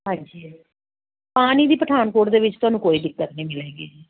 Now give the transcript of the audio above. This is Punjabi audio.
ਹਾਂਜੀ ਪਾਣੀ ਦੀ ਪਠਾਨਕੋਟ ਦੇ ਵਿੱਚ ਤੁਹਾਨੂੰ ਕੋਈ ਦਿੱਕਤ ਨਹੀਂ ਮਿਲੇਗੀ ਜੀ